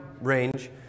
range